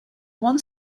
one